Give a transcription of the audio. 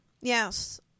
Yes